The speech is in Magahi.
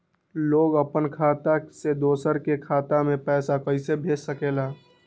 लोग अपन खाता से दोसर के खाता में पैसा कइसे भेज सकेला?